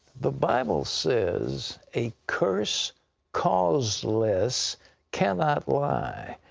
the bible says, a curse causeless cannot lie.